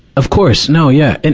of course. no, yeah. and